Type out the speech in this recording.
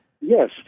Yes